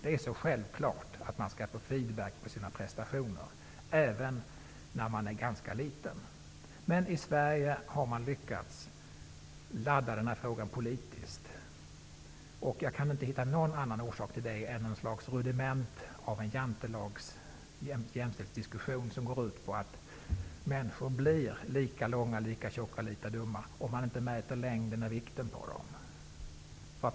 Det är så självklart att man bör få en feedback på sina prestationer, även när man är ganska liten. Men i Sverige har man lyckats ladda den här frågan politiskt. Jag kan inte finna någon annan orsak till det än att det är något slags rudiment av en jantelags och jämställdhetsdiskussion, som går ut på att människor blir lika långa, lika tjocka och lika dumma, om man inte mäter längden och vikten på dem.